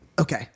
Okay